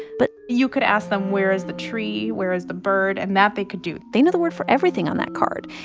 but. you could ask them where is the tree. where is the bird? and that, they could do they know the word for everything on that card.